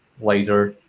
later.